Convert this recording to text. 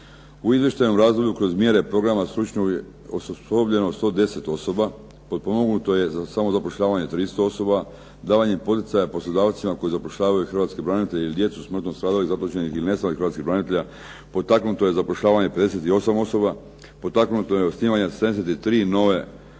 U izvještajnom razdoblju kroz mjere programa stručno je osposobljeno 110 osoba, potpomognuto je za samo zapošljavanje 300 osoba, davanje poticaja poslodavcima koji zapošljavaju hrvatske branitelje ili djecu smrtno stradalih, zatočenih ili nestalih hrvatskih branitelja, potaknuto je zapošljavanje 58 osoba, potaknuto je osnivanje 83 nove